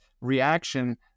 reaction